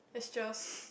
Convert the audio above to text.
it's just